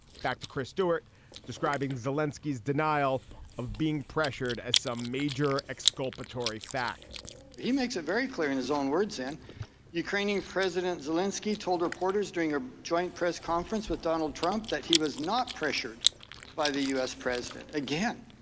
back to chris stewart describing zelinsky as denial of being pressured as some major exculpatory fact he makes it very clear in his own words in ukrainian president zelinsky told reporters during a joint press conference with donald trump that he was not pressured by the u s. president. again,